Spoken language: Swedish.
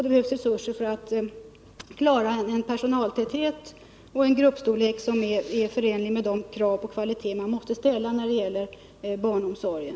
Det behövs resurser för att klara en personaltäthet och en gruppstorlek som är förenliga med de krav på kvalitet som man måste ställa på barnomsorgen.